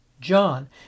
John